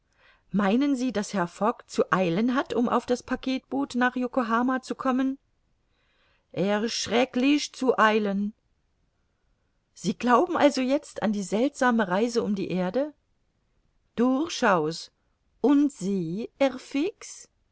meinen sie daß herr fogg zu eilen hat um auf das packetboot nach yokohama zu kommen erschrecklich zu eilen sie glauben also jetzt an die seltsame reise um die erde durchaus und sie